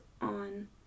on